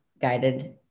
guided